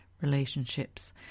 relationships